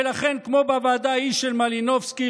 ולכן כמו בוועדה ההיא של מלינובסקי,